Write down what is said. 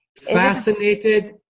Fascinated